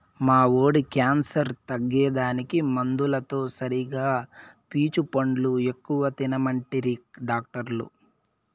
మా వోడి క్యాన్సర్ తగ్గేదానికి మందులతో సరిగా పీచు పండ్లు ఎక్కువ తినమంటిరి డాక్టర్లు